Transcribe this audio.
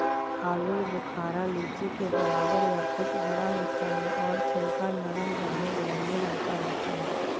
आलू बुखारा लीची के बराबर या कुछ बड़ा होता है और छिलका नरम गाढ़े बैंगनी रंग का होता है